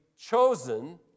chosen